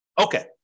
Okay